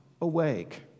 awake